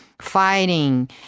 fighting